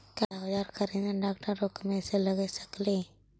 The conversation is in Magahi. क्या ओजार खरीदने ड़ाओकमेसे लगे सकेली?